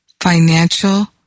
financial